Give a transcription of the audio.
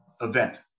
event